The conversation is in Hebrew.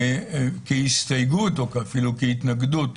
המושמע כהסתייגות או אפילו כהתנגדות